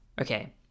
Okay